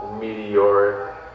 meteoric